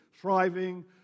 Thriving